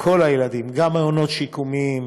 כל הילדים, גם מעונות שיקומיים,